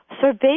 Survey